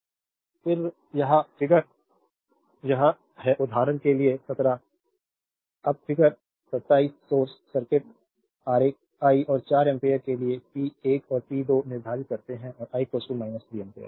slide time देखें 2427 फिर यह फिगर यह है उदाहरण के लिए 17 अब फिगर 27 सोर्स सर्किट आरेख I और 4 एम्पीयर के लिए पी 1 और पी 2 निर्धारित करते हैं और I 3 एम्पीयर